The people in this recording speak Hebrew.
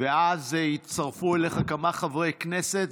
ואז יצטרפו אליך כמה חברי כנסת.